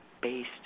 based